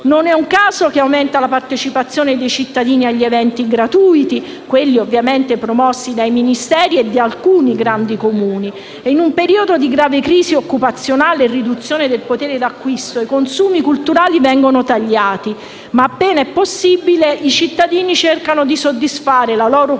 Non è un caso che aumenta la partecipazione dei cittadini agli eventi gratuiti, quelli ovviamente promossi dal Ministero e da alcuni grandi Comuni. In un periodo di grave crisi occupazionale e riduzione del potere d'acquisto, i consumi culturali vengono tagliati, ma appena è possibile i cittadini cercano di soddisfare la loro curiosità